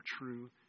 true